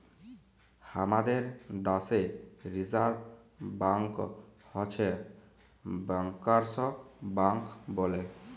হামাদের দ্যাশে reserve bank হচ্ছ ব্যাংকার্স ব্যাঙ্ক বলে